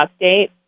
update